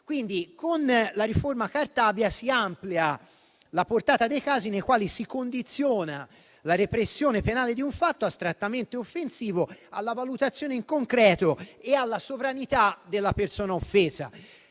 Quindi con la riforma Cartabia si amplia la portata dei casi nei quali si condiziona la repressione penale di un fatto astrattamente offensivo alla valutazione in concreto e alla sovranità della persona offesa.